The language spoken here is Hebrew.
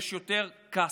יש יותר כאסח,